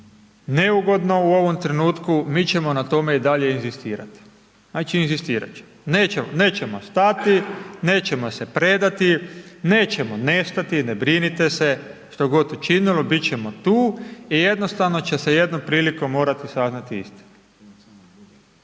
neugodno u ovom trenutku, mi ćemo na tome i dalje inzistirati, znači, inzistirat ćemo, nećemo stati, nećemo se predati, nećemo nestati, ne brinite se, što god učinilo, bit ćemo tu i jednostavno će se jednom prilikom morati saznati istina.